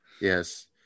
yes